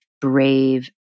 brave